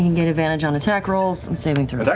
you gain advantage on attack rolls and saving throws.